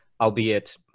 albeit